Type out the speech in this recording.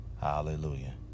Hallelujah